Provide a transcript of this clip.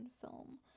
film